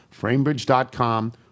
framebridge.com